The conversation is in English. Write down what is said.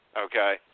okay